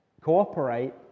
cooperate